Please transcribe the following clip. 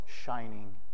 shining